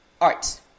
art